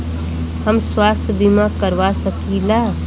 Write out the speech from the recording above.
हम स्वास्थ्य बीमा करवा सकी ला?